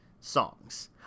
songs